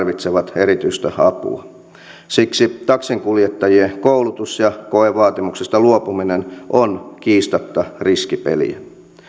jotka toimintarajoitteen vuoksi tarvitsevat erityistä apua siksi taksinkuljettajien koulutus ja koevaatimuksista luopuminen on kiistatta riskipeliä